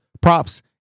props